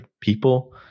people